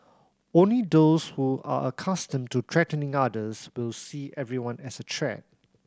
only those who are accustomed to threatening others will see everyone as a threat